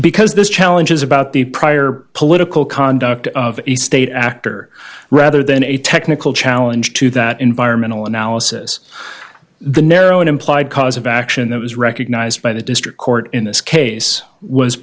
because this challenge is about the prior political conduct of a state actor rather than a technical challenge to that environmental analysis the narrow an implied cause of action that was recognized by the district court in this case was